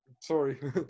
sorry